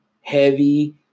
heavy